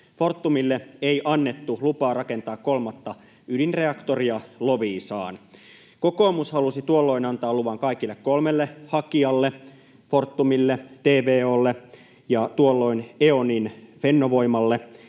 Fortumille ei annettu lupaa rakentaa kolmatta ydinreaktoria Loviisaan. Kokoomus halusi tuolloin antaa luvan kaikille kolmelle hakijalle: Fortumille, TVO:lle ja tuolloin E.ONin Fennovoimalle.